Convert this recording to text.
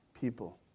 people